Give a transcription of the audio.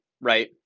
right